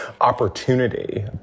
opportunity